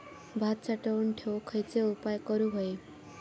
भात साठवून ठेवूक खयचे उपाय करूक व्हये?